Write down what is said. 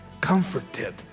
Comforted